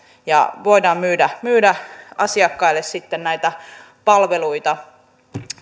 ja voidaan myydä myydä asiakkaille sitten näitä palveluita